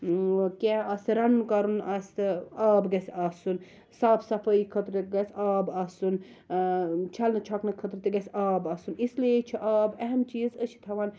کینٛہہ آسہِ رَنُن کَرُن آسہِ تہٕ آب گَژھِ آسُن صاف صَفٲیی خٲطرٕ گَژھِ آب آسُن چھَلنہٕ چھۄکنہٕ خٲطرٕ تہِ گَژھِ آب آسُن اِسلیے چھُ آب اَہم چیٖز أسۍ چھِ تھاوان